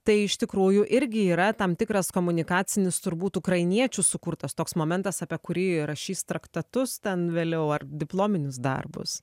tai iš tikrųjų irgi yra tam tikras komunikacinis turbūt ukrainiečių sukurtas toks momentas apie kurį rašys traktatus ten vėliau ar diplominius darbus